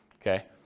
Okay